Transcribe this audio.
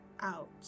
Out